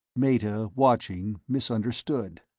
meta, watching, misunderstood.